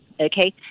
Okay